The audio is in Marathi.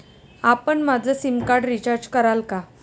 आपण माझं सिमकार्ड रिचार्ज कराल का?